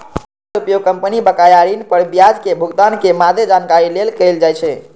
एकर उपयोग कंपनी बकाया ऋण पर ब्याजक भुगतानक मादे जानकारी लेल कैल जाइ छै